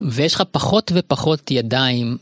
ויש לך פחות ופחות ידיים.